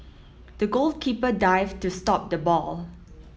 the goalkeeper dived to stop the ball